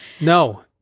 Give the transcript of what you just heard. No